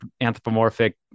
anthropomorphic